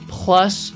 plus